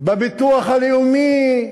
בביטוח הלאומי,